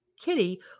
Kitty